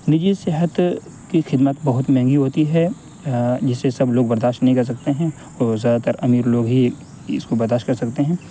نجی صحت کی خدمت بہت مہنگی ہوتی ہے جسے سب لوگ برداشت نہیں کر سکتے ہیں اور زیادہ تر امیر لوگ ہی اس کو برداشت کر سکتے ہیں